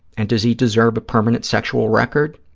and does he deserve a permanent sexual record?